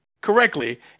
correctly